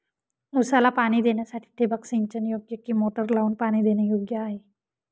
ऊसाला पाणी देण्यासाठी ठिबक सिंचन योग्य कि मोटर लावून पाणी देणे योग्य आहे?